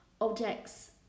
objects